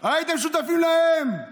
הייתם שותפים להם.